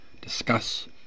discuss